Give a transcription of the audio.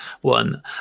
one